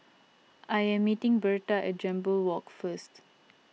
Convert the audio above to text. I am meeting Berta at Jambol Walk first